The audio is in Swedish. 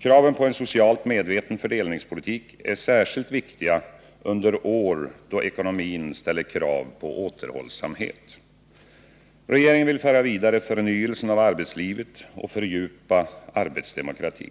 Kraven på en socialt medveten fördelningspolitik är särskilt viktiga under år då ekonomin ställer krav på återhållsamhet. Regeringen vill föra vidare förnyelsen av arbetslivet och fördjupa arbetsdemokratin.